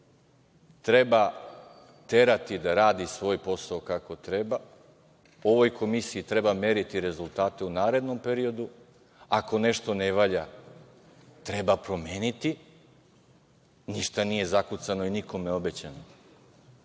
treba terati da radi svoj posao kako treba. Ovoj komisiji treba meriti rezultate u narednom periodu. Ako nešto ne valja, treba promeniti, ništa nije zakucano i nikome obećano,